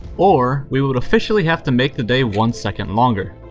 or we would officially have to make the day one second longer.